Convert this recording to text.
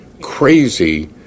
crazy